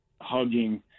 hugging